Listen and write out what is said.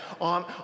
on